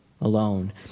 alone